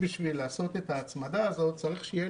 בשביל לעשות את ההצמדה הזאת אני צריך שיהיה